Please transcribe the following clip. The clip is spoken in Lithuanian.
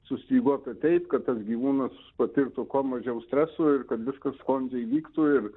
sustyguota taip kad tas gyvūnas patirtų kuo mažiau streso ir kad viskas sklandžiai vyktų ir